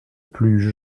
plus